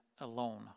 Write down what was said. alone